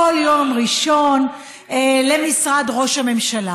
כל יום ראשון למשרד ראש הממשלה.